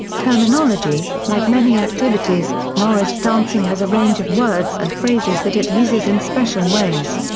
terminology like many activities, morris dancing has a range of words and phrases that it uses in special ways.